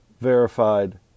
verified